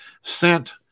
sent